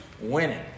winning